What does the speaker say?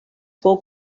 fou